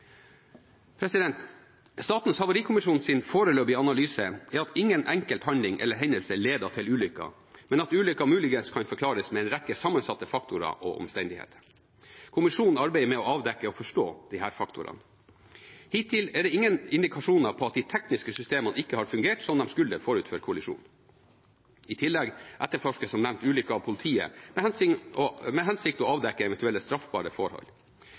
Statens havarikommisjons foreløpige analyse er at ingen enkelt handling eller hendelse ledet til ulykken, men at ulykken muligens kan forklares med en rekke sammensatte faktorer og omstendigheter. Kommisjonen arbeider med å avdekke og forstå disse faktorene. Hittil er det ingen indikasjoner på at de tekniske systemene ikke har fungert som de skulle forut for kollisjonen. I tillegg etterforskes som nevnt ulykken av politiet, med hensikt å avdekke eventuelle straffbare forhold.